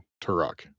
Turok